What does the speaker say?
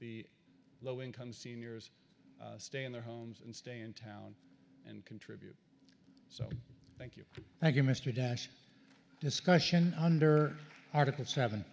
the low income seniors stay in their homes and stay in town and contribute so thank you thank you mr dash discussion under article seven